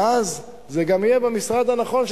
ואז זה גם יהיה במשרד הנכון,